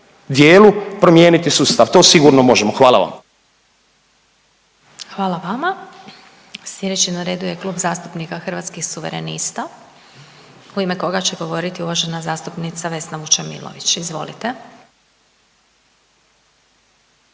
dijelu promijeniti sustav, to sigurno možemo, hvala vam. **Glasovac, Sabina (SDP)** Hvala vama. Sljedeći na redu je Klub zastupnika Hrvatskih suverenista u ime koga će govoriti uvažena zastupnica Vesna Vučemilović, izvolite.